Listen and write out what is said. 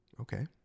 Okay